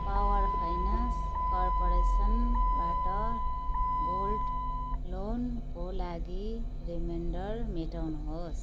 power finance कर्पोरेसनबाट gold लोनको लागि रिमाइन्डर मेटाउनुहोस्